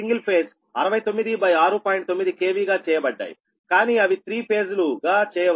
9 KV గా చేయబడ్డాయికానీ అవి త్రీ ఫేజ్ లు గా చేయవచ్చు